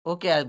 Okay